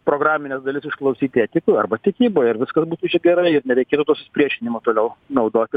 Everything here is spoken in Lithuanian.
programines dalis išklausyt etikoj arba tikyboj ir viskas būtų čia gerai ir nereikėtų to susipriešinimo toliau naudot ir